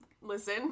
listen